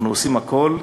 אנחנו עושים הכול,